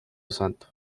santo